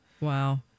Wow